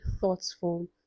thoughtful